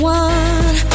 one